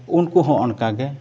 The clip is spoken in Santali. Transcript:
ᱩᱱᱠᱩ ᱦᱚᱸ ᱚᱱᱠᱟ ᱜᱮ